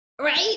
Right